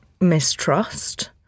mistrust